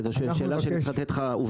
כי זאת שאלה שאני צריך לתת לך עובדות.